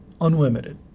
unlimited